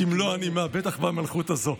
"כמלוא נימה", בטח במלכות הזאת.